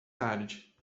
tarde